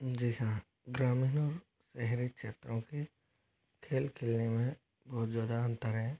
जी हाँ ग्रामीण और शहरी क्षेत्रों के खेल खेलने में बहुत ज़्यादा अंतर है